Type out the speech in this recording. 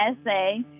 essay